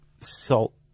salt